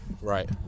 right